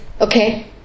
Okay